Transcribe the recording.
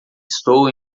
estou